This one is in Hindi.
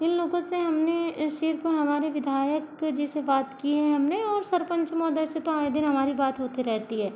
इन लोगों से हमने सिर्फ़ हमारे विधायक जी से बात की है हमने और सरपंच महोदय से तो आए दिन हमारी बात होती रहती है